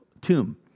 tomb